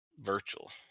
virtual